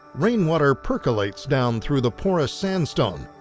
rain water percolates down through the porous sandstone.